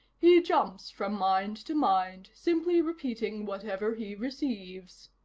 he jumps from mind to mind, simply repeating whatever he receives.